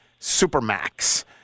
Supermax